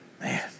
Man